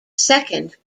second